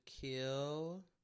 kill